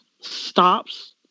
stops